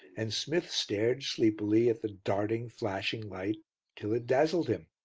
and smith stared sleepily at the darting flashing light till it dazzled him.